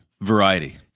variety